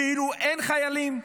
כאילו אין חיילים?